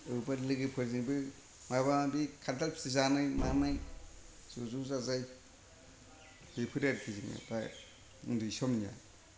बबेबा लोगोफोरजोंबो माबा माबि खान्थाल फिथाइ जानाय मानाय ज' ज' जाजाय बेफोर आरोखि जोंना उन्दै समनिया